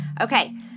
Okay